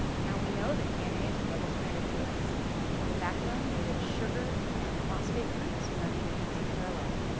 now we know that dna is a double-stranded helix with a backbone made of sugar and phosphate groups running anti-parallel.